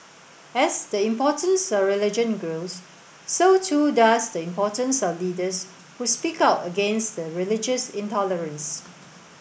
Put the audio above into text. as the importance of religion grows so too does the importance of leaders who speak out against the religious intolerance